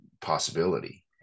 possibility